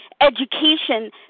education